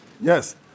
Yes